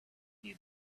you